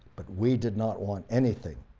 but we did not want anything.